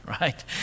right